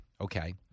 okay